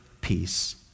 peace